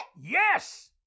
Yes